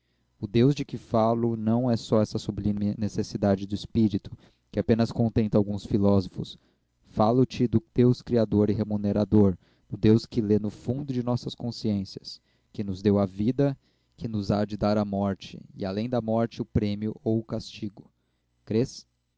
o deus de que te falo não é só essa sublime necessidade do espírito que apenas contenta alguns filósofos falo te do deus criador e remunerador do deus que lê no fundo de nossas consciências que nos deu a vida que nos há de dar a morte e além da morte o prêmio ou o castigo